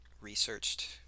researched